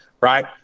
right